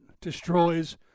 Destroys